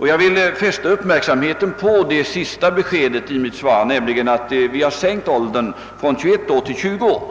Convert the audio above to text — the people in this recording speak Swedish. Jag vill också fästa uppmärksamheten på det sista beskedet i mitt svar, att vi har sänkt åldersgränsen från 21 till 20 år.